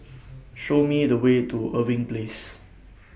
Show Me The Way to Irving Place